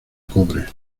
cobre